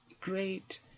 great